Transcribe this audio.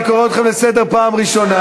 אני קורא אתכם לסדר פעם ראשונה.